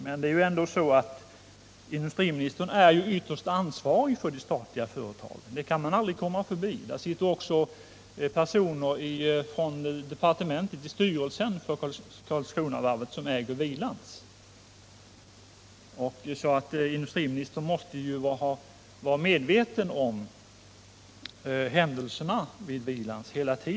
Men industriministern är ju ytterst ansvarig för de statliga företagen — det kan man aldrig komma förbi. Det sitter också personer från departementet i styrelsen för Karlskronavarvet, som äger Hvilans, så industriministern måste hela tiden vara medveten om händelserna vid Hvilan.